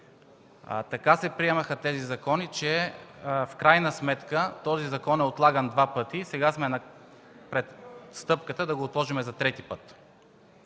така се приемаха тези закони, така че в крайна сметка този закон е отлаган два пъти и сега сме пред стъпката да го отложим трети път.